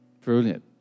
Brilliant